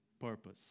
purpose